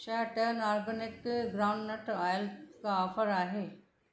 छा turn organic groundnut oil का offer आहे